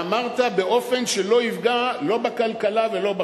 ואמרת: "באופן שלא יפגע לא בכלכלה ולא בחברה".